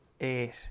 eight